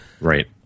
right